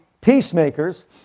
peacemakers